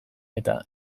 eta